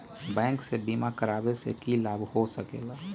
Bank से बिमा करावे से की लाभ होई सकेला?